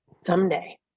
someday